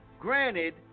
granted